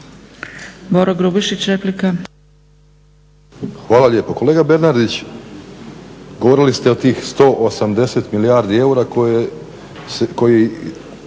**Grubišić, Boro (HDSSB)** Hvala lijepo. Kolega Bernardić govorili ste o tih 180 milijardi eura koji